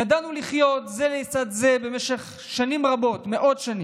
ידענו לחיות זה לצד זה במשך שנים רבות, מאות שנים.